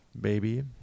baby